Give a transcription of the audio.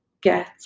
get